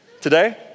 today